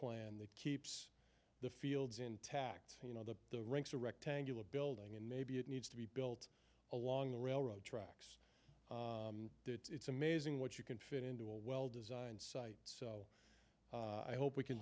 plan that keeps the fields intact you know that the ranks are rectangular building and maybe it needs to be built along the railroad tracks it's amazing what you can fit into a well designed site so i hope we can